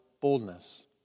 boldness